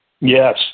Yes